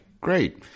great